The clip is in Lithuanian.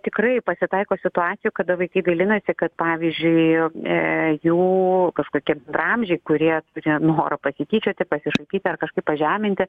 tikrai pasitaiko situacijų kada vaikai dalinasi kad pavyzdžiui ė jų kažkokie bendraamžiai kurie turi noro pasityčioti pasišaipyti ar kažkaip pažeminti